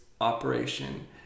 Operation